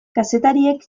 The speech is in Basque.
kazetariek